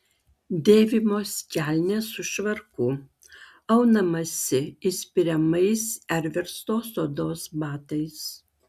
dėvimos kelnės su švarku aunamasi įspiriamais ar verstos odos batais